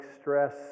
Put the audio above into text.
stress